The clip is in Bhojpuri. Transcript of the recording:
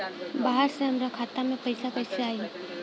बाहर से हमरा खाता में पैसा कैसे आई?